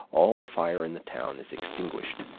all the fire in the town is extinguished.